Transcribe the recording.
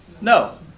No